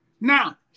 Now